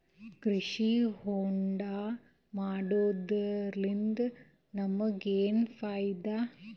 ಕೃಷಿ ಹೋಂಡಾ ಮಾಡೋದ್ರಿಂದ ನಮಗ ಏನ್ ಫಾಯಿದಾ?